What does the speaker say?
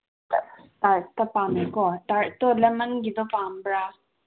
ꯇꯔꯠꯇ ꯄꯥꯝꯃꯦꯀꯣ ꯇꯔꯠꯇꯣ ꯂꯦꯃꯟꯒꯤꯗꯣ ꯄꯥꯝꯕ꯭ꯔꯥ